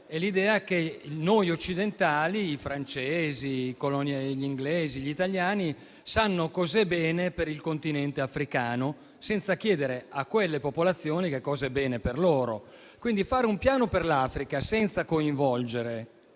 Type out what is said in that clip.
È l'idea che noi occidentali (francesi, inglesi, italiani e altri) sappiamo cos'è bene per il Continente africano, senza chiedere a quelle popolazioni che cosa sia bene per loro. Quindi, fare un piano per l'Africa senza coinvolgere,